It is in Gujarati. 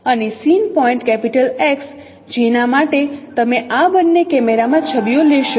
અને સીન પોઇન્ટ X જેના માટે તમે આ બંને કેમેરા માં છબીઓ લેશો